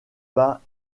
pas